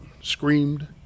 screamed